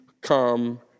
come